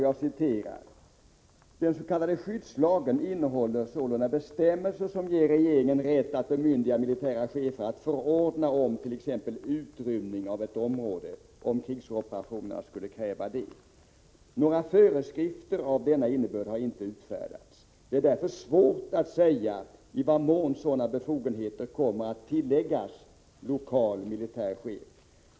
Jo: ”Dens.k. skyddslagen innehåller sålunda bestämmelser som ger regeringen rätt att bemyndiga militära chefer att förordna om t.ex. utrymning av ett område, om krigsoperationerna skulle kräva det. Några föreskrifter av denna innebörd har inte utfärdats. Det är därför svårt att säga i vad mån sådana befogenheter kommer att tilläggas lokal militär chef.